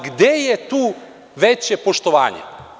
Gde je tu veće poštovanje?